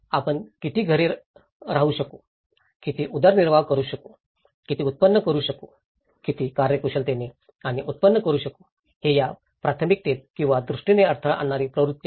आपण किती घरे राहू शकू किती उदरनिर्वाह करू शकू किती उत्पन्न करू शकू किती कार्यकुशलतेने आपण उत्पन्न करू शकतो हे या प्राथमिकतेत किंवा दृष्टीने अडथळा आणणारी प्रवृत्ती आहे